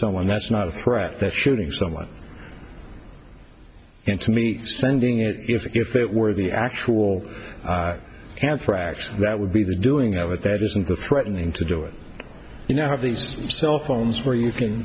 someone that's not a threat that shooting someone into me sending it if that were the actual anthrax that would be the doing of it that isn't the threatening to do it you know have these cell phones where you can